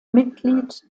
mitglied